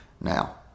Now